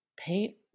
paint